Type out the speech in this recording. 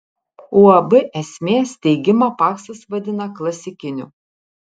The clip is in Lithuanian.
uab esmė steigimą paksas vadina klasikiniu